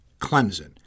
Clemson